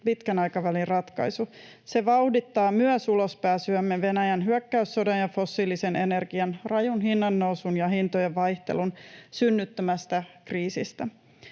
pitkän aikavälin ratkaisu. Se vauhdittaa myös ulospääsyämme Venäjän hyökkäyssodan ja fossiilisen energian rajun hinnannousun ja hintojen vaihtelun synnyttämästä kriisistä.